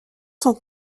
sont